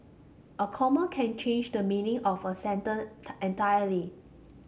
a comma can change the meaning of a entirely